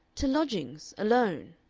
to lodgings alone.